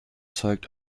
zeigt